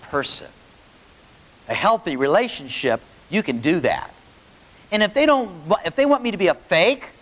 person a healthy relationship you can do that and if they don't if they want me to be a fake